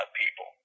people